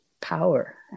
power